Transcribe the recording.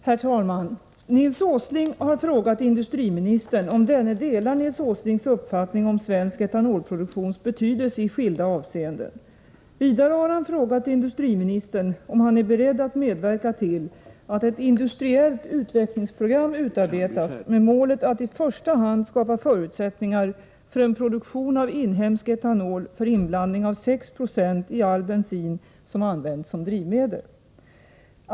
Herr talman! Nils Åsling har frågat industriministern om denne delar Nils Åslings uppfattning om svensk etanolproduktions betydelse i skilda avseenden. Vidare har han frågat industriministern om han är beredd att medverka till att ett industriellt utvecklingsprogram utarbetas med målet att i första hand skapa förutsättningar för en produktion av inhemsk etanol för inblandning av 6 26 i all bensin som används som drivmedel.